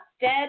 dead